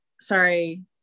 sorry